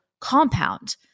compound